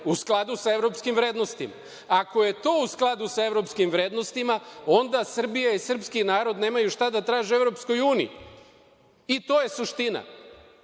u skladu sa evropskim vrednostima. Ako je to u skladu sa evropskim vrednostima onda Srbija i sprski narod nemaju šta da traže u EU. To je suština.